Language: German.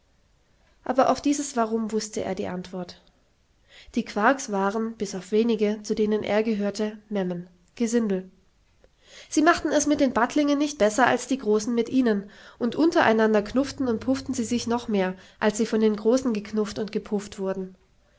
aber auf dieses warum wußte er die antwort die quarks waren bis auf wenige zu denen er gehörte memmen gesindel sie machten es mit den battlingen nicht besser als die großen mit ihnen und untereinander knufften und pufften sie sich noch mehr als sie von den großen geknufft und gepufft wurden